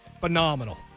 Phenomenal